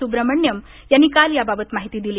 सुब्राम्हण्यम् यांनी काल याबाबत माहिती दिली